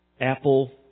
Apple